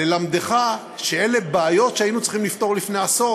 ללמדך שאלה בעיות שהיינו צריכים לפתור לפני עשור,